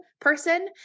person